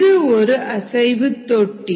இது ஒரு அசைவு தொட்டி